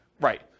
Right